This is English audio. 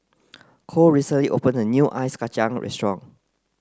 Kole recently opened a new Ice Kacang restaurant